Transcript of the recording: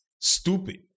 Stupid